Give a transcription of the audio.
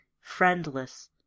friendless